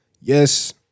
yes